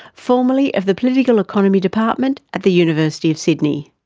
formerly of the political economy department at the university of sydney.